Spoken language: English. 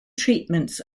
treatments